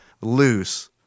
loose –